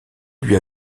lui